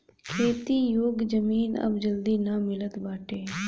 खेती योग्य जमीन अब जल्दी ना मिलत बाटे